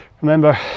remember